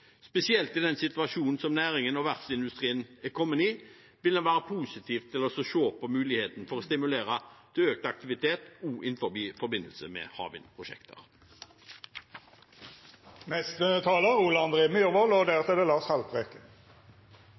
Spesielt i den situasjonen som næringen og verftsindustrien er kommet i, vil vi være positive til å se på muligheten for å stimulere til økt aktivitet også i forbindelse med havvindprosjekter. Like sikkert som at det er pollen i luften, debatterer vi havvind i denne salen. Det